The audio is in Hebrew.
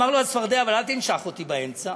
אמר לו הצפרדע, אבל אל תנשוך אותי באמצע.